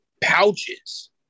pouches